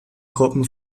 gruppen